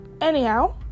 Anyhow